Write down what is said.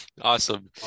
awesome